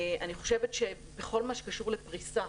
אני חושבת שבכל מה שקשור לפריסה,